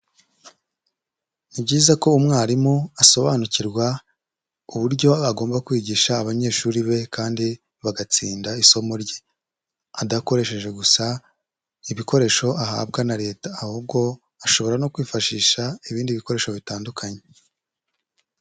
Ni byiza ko umwarimu asobanukirwa, uburyo agomba kwigisha abanyeshuri be kandi, bagatsinda isomo rye. Adakoresheje gusa ibikoresho ahabwa na Leta, ahubwo ashobora no kwifashisha ibindi bikoresho bitandukanye.